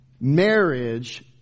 Marriage